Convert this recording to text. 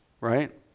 right